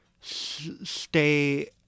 stay